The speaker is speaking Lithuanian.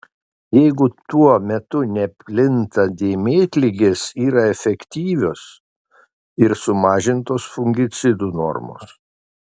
jeigu tuo metu neplinta dėmėtligės yra efektyvios ir sumažintos fungicidų normos